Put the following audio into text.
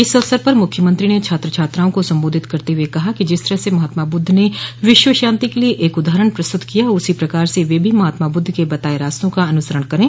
इस अवसर पर मुख्यमंत्री ने छात्र छात्राओं को संबोधित करते हुए कहा कि जिस तरह से महात्मा बुद्ध ने विश्व शांति क लिए एक उदाहरण प्रस्तुत किया उसी प्रकार से वे भी महात्मा बुद्ध के बताये रास्तों का अनुसरण करे